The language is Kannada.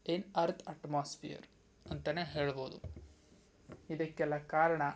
ಇನ್ ಅರ್ಥ್ ಅಟ್ಮೋಸ್ಪಿಯರ್ ಅಂತಲೇ ಹೇಳ್ಬೋದು ಇದಕ್ಕೆಲ್ಲ ಕಾರಣ